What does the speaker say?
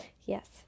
Yes